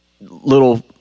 little